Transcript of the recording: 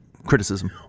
criticism